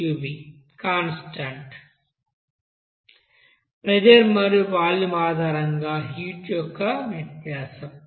constant pressure మరియు volume ఆధారంగా heat యొక్క వ్యత్యాసం ఇది